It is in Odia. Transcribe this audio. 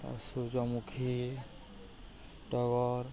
ସୂର୍ଯ୍ୟମୁଖୀ ଟଗର୍